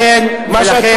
מה אתה אומר.